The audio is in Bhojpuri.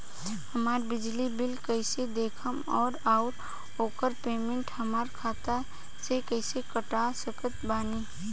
हमार बिजली बिल कईसे देखेमऔर आउर ओकर पेमेंट हमरा खाता से कईसे कटवा सकत बानी?